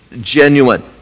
genuine